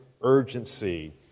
urgency